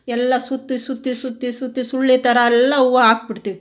ಎಲ್ಲ ಸುತ್ತಿ ಸುತ್ತಿ ಸುತ್ತಿ ಸುತ್ತಿ ಸುರುಳಿ ಥರ ಎಲ್ಲ ಹೂವು ಹಾಕ್ಬಿಡ್ತೀವಿ